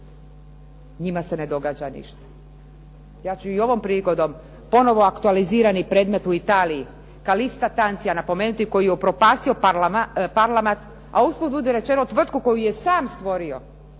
njima se ne događa ništa. Ja ću i ovom prigodom ponovno aktualizirani predmet u Italiji, CAlista Tanzi, koji je upropastio „Parmalat“, a usput budi rečeno, tvrtku koju je sam stvorio,